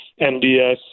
MDS